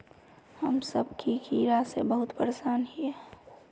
हम सब की कीड़ा से बहुत परेशान हिये?